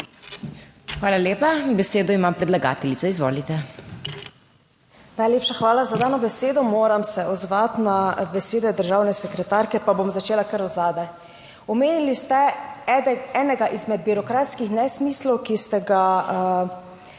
Hvala lepa. Besedo ima predlagateljica, izvolite. SUZANA LEP ŠIMENKO (PS SDS): Najlepša hvala za dano besedo. Moram se odzvati na besede državne sekretarke. Pa bom začela kar od zadaj. Omenili ste enega izmed birokratskih nesmislov, ki ste ga,